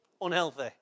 unhealthy